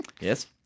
Yes